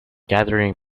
gathering